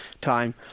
time